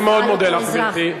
אני מאוד מודה לך, גברתי.